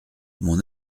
mon